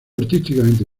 artísticamente